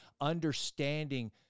understanding